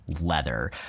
leather